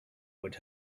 would